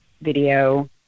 video